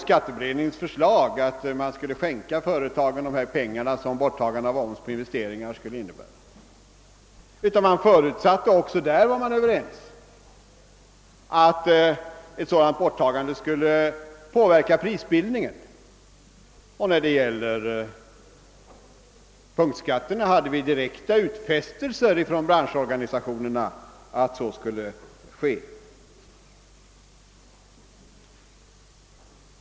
Skatteberedningens förslag innebar inte att man skulle skänka företagen de pengar som borttagandet av omsen på investeringar skulle ge, utan man förutsatte — och också på denna punkt var man ense — att ett sådant borttagande skulle påverka prisbildningen. När det gällde punktskatterna hade vi direkta utfästelser från branschorganisationerna att så skulle ske.